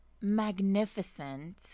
magnificent